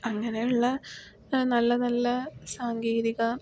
അങ്ങനെയുള്ള നല്ല നല്ല സാങ്കേതിക